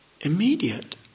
Immediate